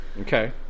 Okay